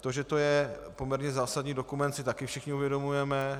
To, že to je poměrně zásadní dokument, si taky všichni uvědomujeme.